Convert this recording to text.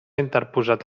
interposat